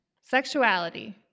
sexuality